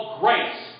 grace